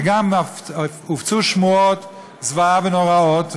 וגם הופצו שמועות זוועה נוראיות,